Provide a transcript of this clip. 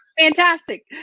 fantastic